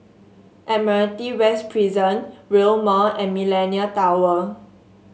Admiralty West Prison Rail Mall and Millenia Tower